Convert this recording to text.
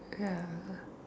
ya